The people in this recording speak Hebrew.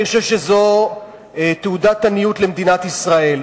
אני חושב שזאת תעודת עניות למדינת ישראל.